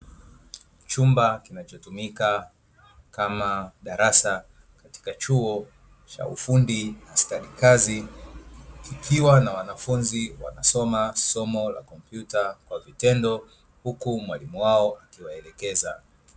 Chumba kinachotumika kama darasa katika chuo cha ufundi na stadi kazi, kikiwa na wanafunzi wanasoma somo la compyuta kwa vitendo, huku mwalimu wao akiwaelekeza.